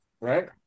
right